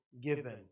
given